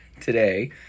today